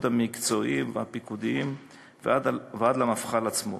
המקצועיים והפיקודיים ועד למפכ"ל עצמו.